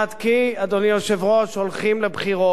כי הולכים לבחירות.